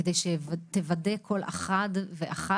זאת על מנת שתוודא כל אחת ואחד